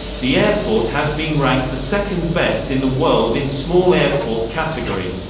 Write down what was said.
the airport has been ranked the second best in the world in small airport category.